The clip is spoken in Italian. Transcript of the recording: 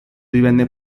divenne